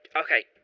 Okay